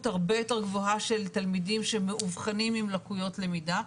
הרבה יותר גבוהה של תלמידים שמאובחנים עם לקויות למידה,